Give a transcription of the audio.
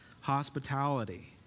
hospitality